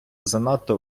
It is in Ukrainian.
занадто